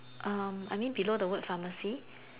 um I mean below the word pharmacy